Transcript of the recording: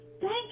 thank